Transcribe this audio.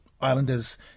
Islanders